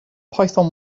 python